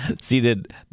seated